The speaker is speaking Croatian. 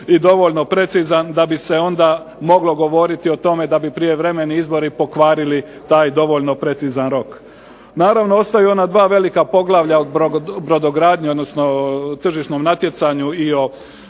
i dovoljno precizan da bi se onda moglo govoriti o tome da bi prijevremeni izbori pokvarili taj dovoljno precizan rok. Naravno, ostaju ona dva velika poglavlja o brodogradnji, odnosno tržišnom natjecanju i o